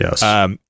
Yes